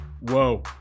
Whoa